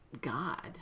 God